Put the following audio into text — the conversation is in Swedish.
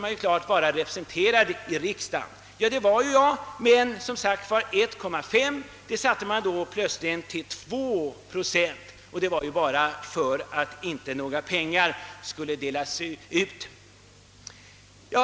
Man satte då plötsligt gränsen till 2 procent för att bidrag skulle kunna utgå.